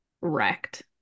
wrecked